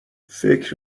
فکر